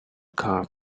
car